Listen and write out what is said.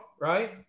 right